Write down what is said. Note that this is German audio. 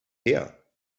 her